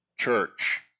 church